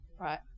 right